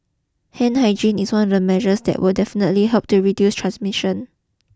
hand hygiene is one of the measures that will definitely help to reduce transmission